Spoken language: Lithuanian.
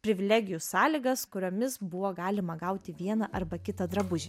privilegijų sąlygas kuriomis buvo galima gauti vieną arba kitą drabužį